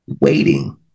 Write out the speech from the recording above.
waiting